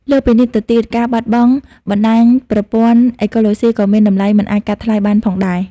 លើសពីនេះទៅទៀត ការបាត់បង់បណ្តាញប្រព័ន្ធអេកូឡូស៊ី ក៏មានតម្លៃមិនអាចកាត់ថ្លៃបានផងដែរ។